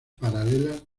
paralelas